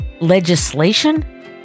legislation